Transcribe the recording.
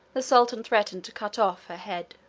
the sultan threatened to cut off her head.